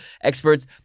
experts